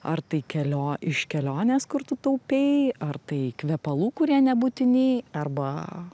ar tai kelio iš kelionės kur tu taupei ar tai kvepalų kurie nebūtini arba